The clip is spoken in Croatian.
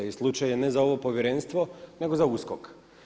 I slučaj je ne za ovo povjerenstvo nego za USKOK.